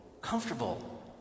comfortable